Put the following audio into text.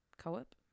co-op